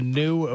new